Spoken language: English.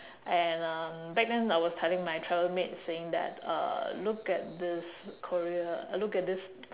and um back then I was telling my travel mates saying that uh look at this korea look at this